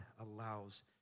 allows